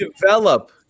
Develop